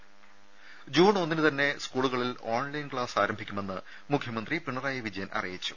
രുമ ജൂൺ ഒന്നിന് തന്നെ സ്കൂളുകളിൽ ഓൺലൈൻ ക്ലാസ് ആരംഭിക്കുമെന്ന് മുഖ്യമന്ത്രി പിണറായി വിജയൻ അറിയിച്ചു